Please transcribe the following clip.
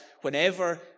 whenever